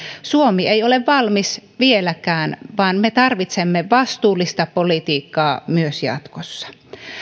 suomi ei ole valmis vieläkään vaan me tarvitsemme vastuullista politiikkaa myös jatkossa